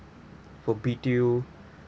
for B_T_O